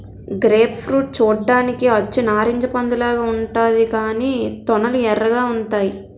grape fruit చూడ్డానికి అచ్చు నారింజ పండులాగా ఉంతాది కాని తొనలు ఎర్రగా ఉంతాయి